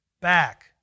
back